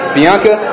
Bianca